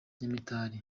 nyamitari